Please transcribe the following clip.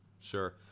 Sure